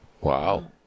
Wow